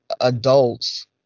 adults